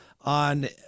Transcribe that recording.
on